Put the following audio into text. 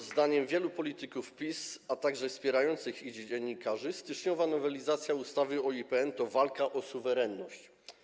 Zdaniem wielu polityków PiS, a także wspierających ich dziennikarzy styczniowa nowelizacja ustawy o IPN to walka o suwerenność.